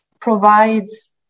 provides